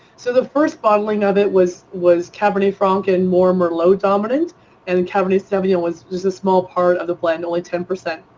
so the first bottling of it was was cabernet franc and more merlot dominant and cabernet sauvignon was just a small part of the blend, only ten. i